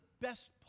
best